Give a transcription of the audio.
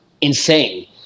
insane